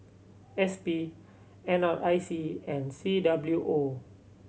S P N R I C and C W O